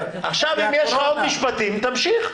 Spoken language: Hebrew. עכשיו, אם יש לך עוד משפטים, תמשיך.